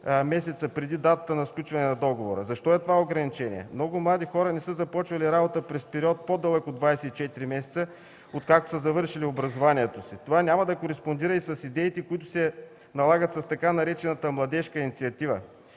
месеца преди датата на сключване на договора, защо е това ограничение? Много млади хора не са започвали работа през период по-дълъг от 24 месеца, откакто са завършили образованието си. Това няма да кореспондира и с идеите, които се налагат с така наречената „младежка инициатива“,